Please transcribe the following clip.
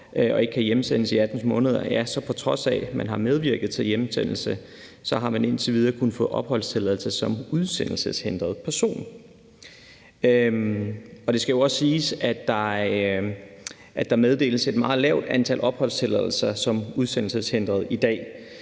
og ikke kan hjemsendes i 18 måneder, har man, på trods af at man har medvirket til hjemsendelse, indtil videre kunnet få opholdstilladelse som udsendelseshindret person. Det skal siges, at der meddeles et meget lavt antal opholdstilladelser til udsendelseshindrede.